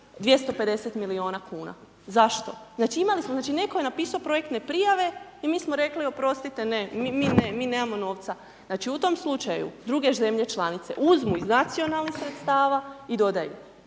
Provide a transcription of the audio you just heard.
250 milijuna kuna. Zašto? Znači netko je napisao projektne prijave i mi smo rekli, oprostite, ne, mi nemamo novca. Znači u tom slučaju druge zemlje članice uzmu iz nacionalnih sredstava i dodaju